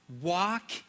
walk